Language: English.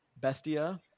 Bestia